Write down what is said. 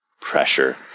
pressure